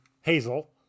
Hazel